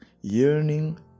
yearning